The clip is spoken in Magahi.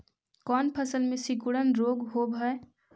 कोन फ़सल में सिकुड़न रोग होब है?